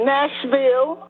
Nashville